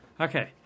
Okay